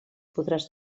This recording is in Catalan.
podràs